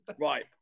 right